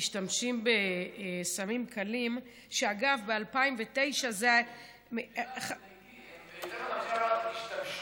שמשתמשים בסמים קלים, שאגב, ב-2009, 45% השתמשו.